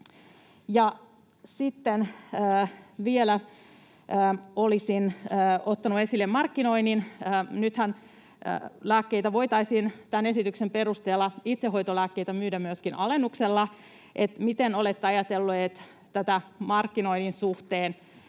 Sitten vielä olisin ottanut esille markkinoinnin. Nythän itsehoitolääkkeitä voitaisiin tämän esityksen perusteella myydä myöskin alennuksella. Miten olette ajatelleet tätä markkinoinnin suhteen?